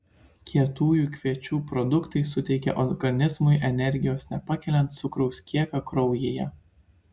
kietųjų kviečių produktai suteikia organizmui energijos nepakeliant cukraus kiekio kraujyje